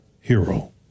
hero